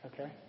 Okay